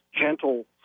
gentle